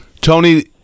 Tony